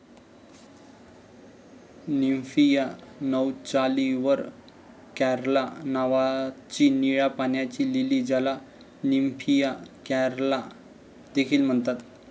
Nymphaea nouchali वर caerulea नावाची निळ्या पाण्याची लिली, ज्याला निम्फिया कॅरुला देखील म्हणतात